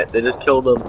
and is still the